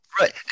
Right